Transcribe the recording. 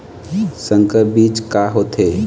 संकर बीज का होथे?